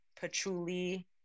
patchouli